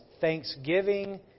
thanksgiving